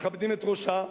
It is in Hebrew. מכבדים את ראשה,